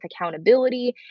accountability